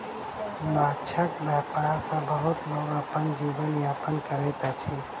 माँछक व्यापार सॅ बहुत लोक अपन जीवन यापन करैत अछि